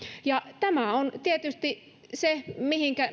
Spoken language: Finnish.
ja tämä on tietysti se mihinkä